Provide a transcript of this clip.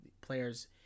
players